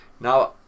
Now